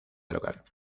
local